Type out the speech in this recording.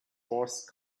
horse